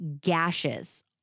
gashes